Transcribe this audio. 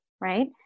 right